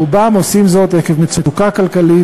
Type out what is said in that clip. רובם עושים זאת עקב מצוקה כלכלית,